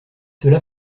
cela